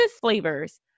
flavors